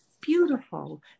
Beautiful